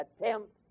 attempt